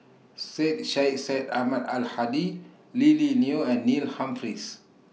Syed Sheikh Syed Ahmad Al Hadi Lily Neo and Neil Humphreys